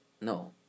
No